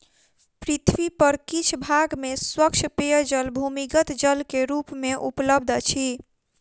पृथ्वी पर किछ भाग में स्वच्छ पेयजल भूमिगत जल के रूप मे उपलब्ध अछि